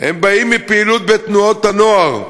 באים מפעילות בתנועות הנוער.